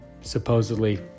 supposedly